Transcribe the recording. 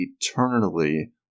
eternally